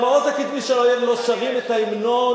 במעוז הקדמי של האויב לא שרים את ההמנון.